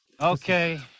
Okay